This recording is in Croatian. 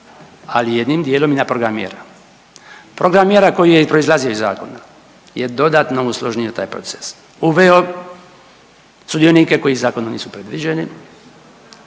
ali jednim dijelom i na program mjera. Program mjera koji je proizlazio iz zakona je dodatno .../Govornik se ne razumije./... taj proces, uveo sudionike koji zakonom nisu predviđeni,